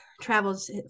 travels